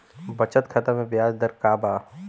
बचत खाता मे ब्याज दर का बा?